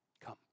Come